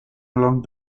along